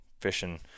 fishing